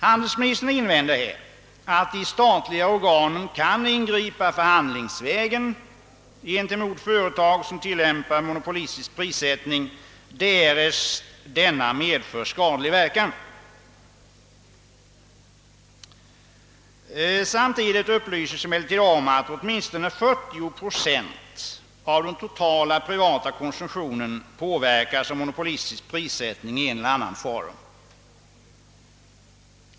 Handelsministern invänder här att de statliga organen kan ingripa förhandlingsvägen gentemot företag som tilllämpar monopolistisk prissättning, därest denna medför skadlig verkan. Samtidigt upplyses emellertid om att åtminstone 40 procent av den totala privata konsumtionen påverkas av monopolistisk prissättning i en eller annan form.